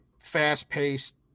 fast-paced